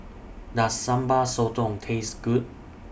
Does Sambal Sotong Taste Good